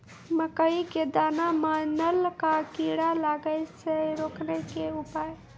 मकई के दाना मां नल का कीड़ा लागे से रोकने के उपाय?